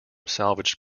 salvaged